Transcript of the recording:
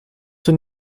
denn